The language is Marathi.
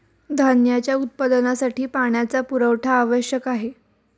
धान्याच्या उत्पादनासाठी पाण्याचा पुरवठा आवश्यक आहे